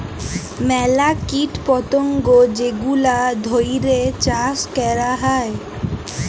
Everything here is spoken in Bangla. ম্যালা কীট পতঙ্গ যেগলা ধ্যইরে চাষ ক্যরা হ্যয়